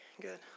Good